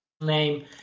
name